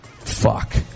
Fuck